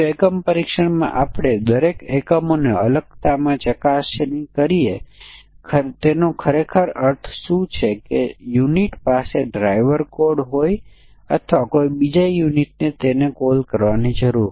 એક વસ્તુ એ છે કે સરળ સમસ્યાઓ માટે ખ્યાલો સીધા આગળ લાગુ કરી શકાય છે પરંતુ તે પછી આપણે અહીં ઘણી પ્રેક્ટિસની જરૂર છે